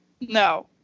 No